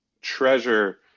treasure